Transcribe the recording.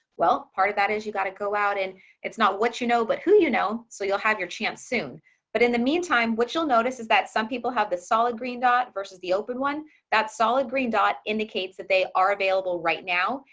well, part of that is you got to go out and it's not what you know. but who, you know, so you'll have your chance soon. but in the meantime, what you'll notice is that some people have the solid green dot versus the open one that's solid green dot indicates that they are available right now.